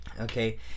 Okay